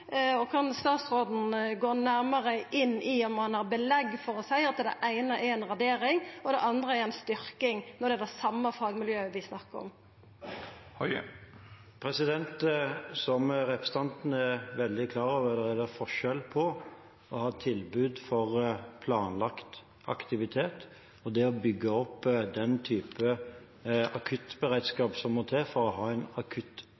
måten. Kan statsråden gå nærmare inn i om han har belegg for å seia at det eine er ei radering og det andre er ei styrking, når det er det same fagmiljøet me snakkar om? Som representanten er veldig klar over, er det forskjell på å ha tilbud for planlagt aktivitet og det å bygge opp den type